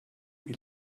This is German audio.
wie